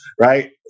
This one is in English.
right